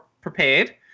prepared